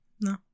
No